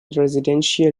residential